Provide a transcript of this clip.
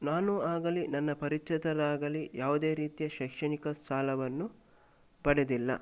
ನಾನು ಆಗಲಿ ನನ್ನ ಪರಿಚಿತರಾಗಲಿ ಯಾವುದೇ ರೀತಿಯ ಶೈಕ್ಷಣಿಕ ಸಾಲವನ್ನು ಪಡೆದಿಲ್ಲ